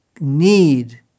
need